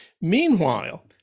Meanwhile